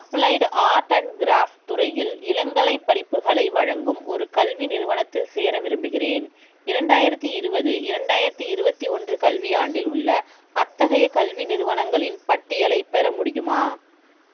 applied art and crafts துறையில் இளங்கலைப் படிப்புகளை வழங்கும் ஒரு கல்வி நிறுவனத்தில் சேர விரும்புகிறேன் இரண்டாயிரத்து இருபது இரண்டாயிரத்து இருபத்தி ஒன்று கல்வியாண்டில் உள்ள அத்தகைய கல்வி நிறுவனங்களின் பட்டியலைப் பெற முடியுமா